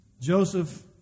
Joseph